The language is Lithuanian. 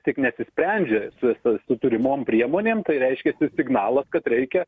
tik nesisprendžia su su su turimom priemonėm tai reiškiasi signalas kad reikia